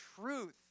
truth